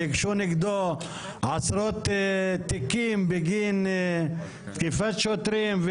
והוגשו נגדו עשרות תיקים בגין תקיפת שוטרים.